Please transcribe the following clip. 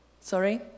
sorry